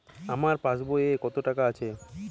আমার পাসবই এ কত টাকা আছে?